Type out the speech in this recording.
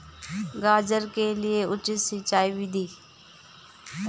गाजर के लिए उचित सिंचाई विधि?